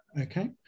Okay